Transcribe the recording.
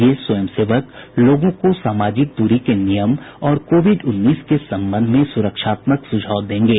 ये स्वयंसेवक लोगों को सामाजिक दूरी के नियम और कोविड उन्नीस के संबंध मे सुरक्षात्मक सुझाव देंगे